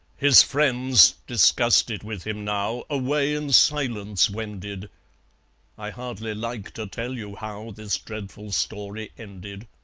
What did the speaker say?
his friends, disgusted with him now, away in silence wended i hardly like to tell you how this dreadful story ended.